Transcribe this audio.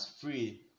free